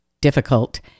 difficult